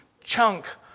chunk